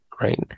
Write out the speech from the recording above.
right